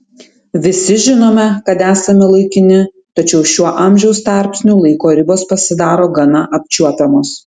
visi žinome kad esame laikini tačiau šiuo amžiaus tarpsniu laiko ribos pasidaro gana apčiuopiamos